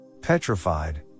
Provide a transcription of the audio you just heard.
Petrified